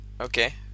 Okay